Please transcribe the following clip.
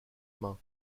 main